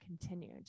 continued